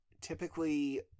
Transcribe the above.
typically